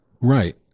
Right